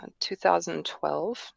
2012